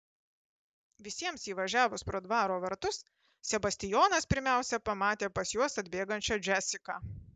visiems įvažiavus pro dvaro vartus sebastijonas pirmiausia pamatė pas juos atbėgančią džesiką